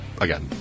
again